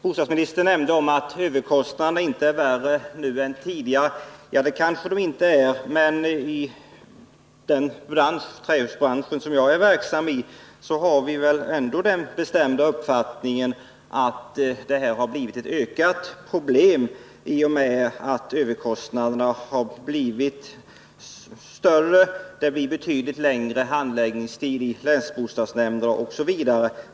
Bostadsministern sade att överkostnaderna nu inte är värre än tidigare. Det kanske de inte är. Men i trähusbranschen, som jag är verksam i, har vi ändå den bestämda uppfattningen att problemet med överkostnaderna har blivit större. Det medför betydligt längre handläggningstider i länsbostadsnämnder osv.